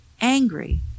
angry